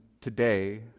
today